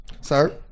Sir